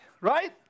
right